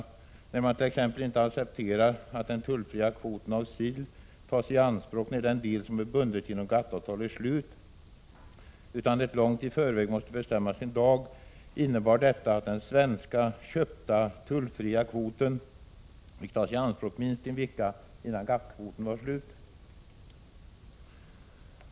Man accepterar t.ex. inte att den tullfria kvoten av sill tas i anspråk när den del som är bunden genom GATT-avtal är slut, utan man måste långt i förväg bestämma en dag. Detta innebar att den svenska köpta tullfria kvoten fick tas i anspråk minst en vecka innan GATT-kvoten var slut.